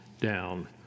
down